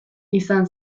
izan